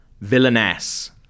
Villainess